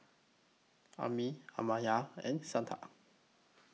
Amit Amartya and Satya